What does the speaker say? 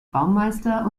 baumeister